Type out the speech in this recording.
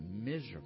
miserable